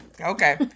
Okay